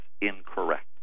incorrect